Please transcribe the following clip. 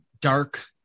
dark